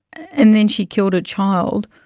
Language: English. and then she killed her child.